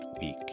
week